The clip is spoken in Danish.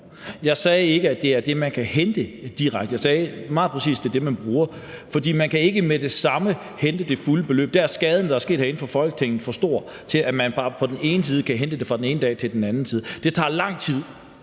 Jeg sagde ikke, at det er det, man direkte kan hente; jeg sagde meget præcist, at det er det, man bruger. For man kan ikke med det samme hente det fulde beløb. Der er skaden, der er sket herinde fra Folketingets side, for stor, til at man bare kan hente det fra den ene dag til den anden. Det tager lang tid